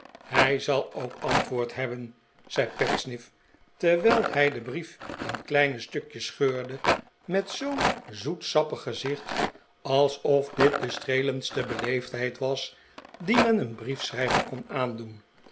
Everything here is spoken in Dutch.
hij zal ook antwoord hebben zei pecksniff terwijl hij den brief in kleine stukjes scheurde met zoo'n zoetsappig gezicht alsof dit de streelendste beleefdheid was die men een briefschijver kon aandoen